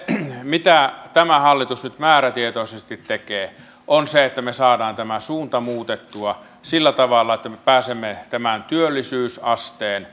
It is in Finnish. mitä tämä hallitus nyt määrätietoisesti tekee on se että me saamme tämän suunnan muutettua sillä tavalla että me pääsemme tämän työllisyysasteen